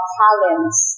talents